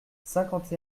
cinquante